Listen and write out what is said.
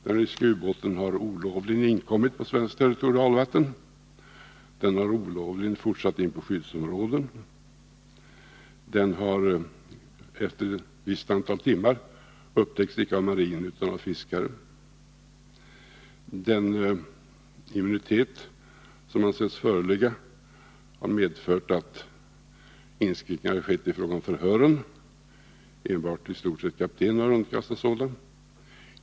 Den ryska ubåten har olovligen inkommit på svenskt territorialvatten, den har olovligen fortsatt in på skyddsområde, den har efter ett visst antal timmar upptäckts — icke av marinen utan av fiskare. Den 7 Riksdagens protokoll 19811/82:25-28 immunitet som ansetts föreligga har medfört att inskränkningar skett i fråga om förhören. Det är i stort sett enbart kaptenen som underkastats sådana.